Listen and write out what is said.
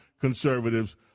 conservatives